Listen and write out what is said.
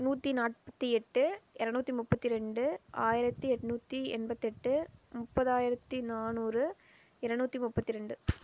நூற்றி நாற்பத்தி எட்டு இரநூத்தி முப்பத்து ரெண்டு ஆயிரத்து எட்நூற்றி எண்பத்தெட்டு முப்பதாயிரத்து நாநூறு இரநூற்றி முப்பத்து ரெண்டு